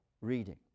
reading